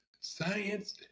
Science